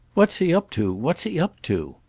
what's he up to, what's he up to?